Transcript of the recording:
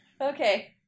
Okay